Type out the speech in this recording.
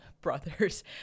brothers